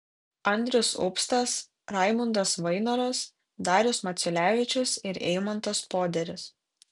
andrius upstas raimundas vainoras darius maciulevičius ir eimantas poderis